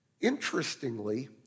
Interestingly